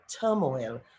turmoil